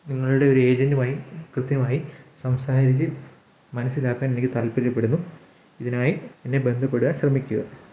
നിങ്ങളുടെ ഒരു ഏജൻറുമായി കൃത്യമായി സംസാരിച്ച് മനസ്സിലാക്കാൻ എനിക്ക് താൽപര്യപ്പെടുന്നു ഇതിനായി എന്നെ ബന്ധപ്പെടാൻ ശ്രമിക്കുക